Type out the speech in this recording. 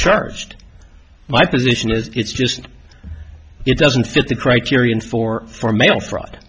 charged my position is it's just it doesn't fit the criterion for for mail fraud